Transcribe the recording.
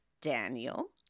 Daniel